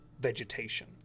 vegetation